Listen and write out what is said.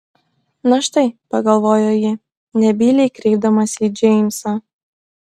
na štai pagalvojo ji nebyliai kreipdamasi į džeimsą